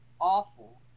awful